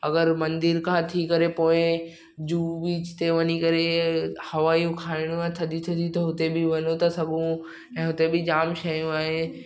अगरि मंदर खां थी करे पोइ जुहु बिच ते वञी करे हवाऊं खाइणूं आहे थधियूं थधियूं त हुते बि वञी था सघूं ऐं हुते बि जामु शइ आहे शयूं आहिनि